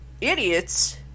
idiots